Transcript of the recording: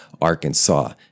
Arkansas